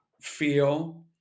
feel